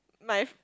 my